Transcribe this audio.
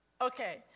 Okay